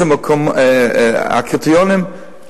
הקריטריונים,